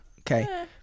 okay